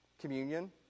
communion